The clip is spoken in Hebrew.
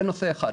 זה נושא אחד.